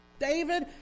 David